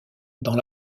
dans